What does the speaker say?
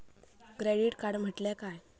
Credit card म्हटल्या काय?